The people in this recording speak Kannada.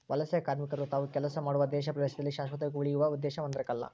ವಲಸೆಕಾರ್ಮಿಕರು ತಾವು ಕೆಲಸ ಮಾಡುವ ದೇಶ ಪ್ರದೇಶದಲ್ಲಿ ಶಾಶ್ವತವಾಗಿ ಉಳಿಯುವ ಉದ್ದೇಶ ಹೊಂದಿರಕಲ್ಲ